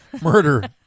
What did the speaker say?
murder